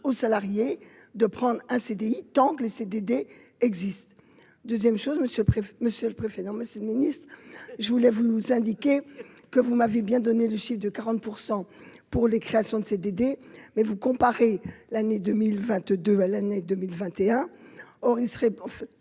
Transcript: salariés de prendre un CDI, tant les CDD existent 2ème chose monsieur, monsieur le préfet, nommé ministre, je voulais vous indiquez que vous m'avez bien donné le chiffre de 40 % pour les créations de CDD mais vous comparez l'année 2022 à l'année 2021, or il serait